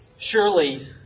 Surely